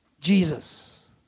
Jesus